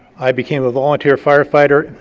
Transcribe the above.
i became a volunteer firefighter,